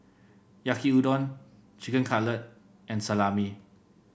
Yaki Udon Chicken Cutlet and Salami